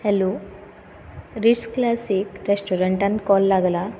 hello Ritz classic रॅश्टोरंटान call लागला